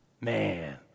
Man